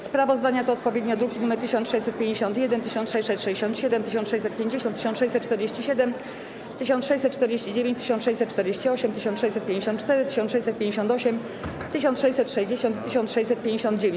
Sprawozdania to odpowiednio druki nr nr 1651, 1667, 1650, 1647, 1649, 1648, 1654, 1658, 1660 i 1659.